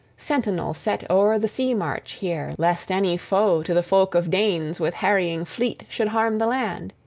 sentinel set o'er the sea-march here, lest any foe to the folk of danes with harrying fleet should harm the land.